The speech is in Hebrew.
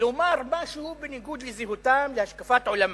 לומר משהו בניגוד לזהותם, להשקפת עולמם.